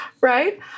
Right